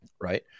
Right